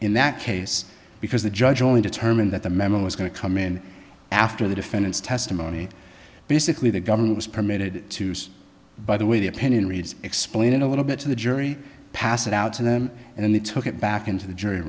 in that case because the judge only determined that the memo was going to come in after the defendant's testimony basically the government was permitted to use by the way the opinion reads explain a little bit to the jury pass it out to them and then they took it back into the jury